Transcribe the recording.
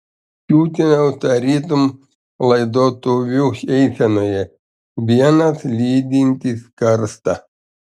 kiūtinau tarytum laidotuvių eisenoje vienas lydintis karstą